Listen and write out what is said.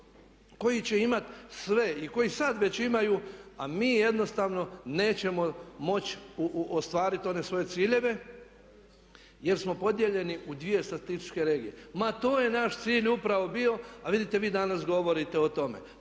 koji će imati sve i koji sad već imaju, a mi jednostavno nećemo moći ostvariti one svoje ciljeve jer smo podijeljeni u 2 statističke regije. Ma to je naš cilj upravo bio, a vidite vi danas govorite o tome.